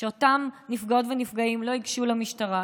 כדי שאותם נפגעות ונפגעים לא ייגשו למשטרה,